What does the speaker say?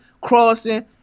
crossing